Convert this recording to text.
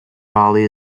barley